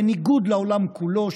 בניגוד לעולם כולו,